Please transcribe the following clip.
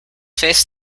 face